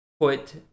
put